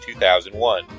2001